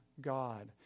God